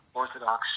orthodox